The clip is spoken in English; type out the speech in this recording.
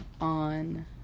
on